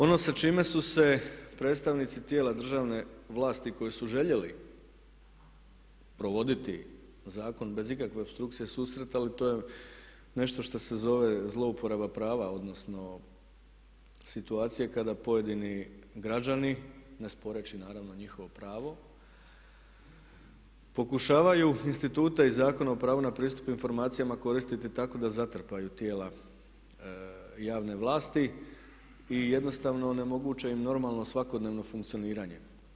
Ono sa čime su se predstavnici tijela državne vlasti koji su željeli provoditi zakon bez ikakve opstrukcije susretali to je nešto što se zove zlouporaba prava, odnosno situacije kada pojedini građani ne sporeći naravno njihovo pravo pokušavaju institute iz Zakona o pravu na pristup informacijama koristiti tako da zatrpaju tijela javne vlasti i jednostavno onemoguće im normalno svakodnevno funkcioniranje.